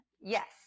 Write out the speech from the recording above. Yes